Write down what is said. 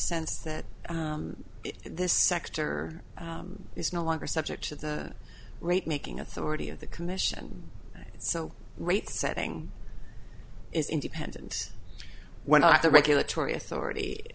sense that this sector is no longer subject to the rate making authority of the commission so rate setting is independent when i got the regulatory authority